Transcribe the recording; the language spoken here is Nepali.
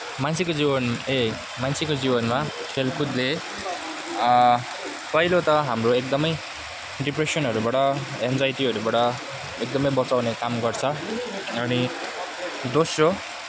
मान्छेको जीवन ए मान्छेको जीवनमा खेलकुदले पहिलो त हाम्रो एकदमै डिप्रेसनहरूबाट एन्जाइटीहरूबाट एकदमै बचाउने काम गर्छ अनि दोस्रो